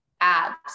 abs